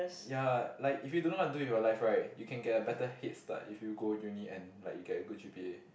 ya like if you don't know what to do in your life right you can get a better head start if you go uni and like you get a good g_p_a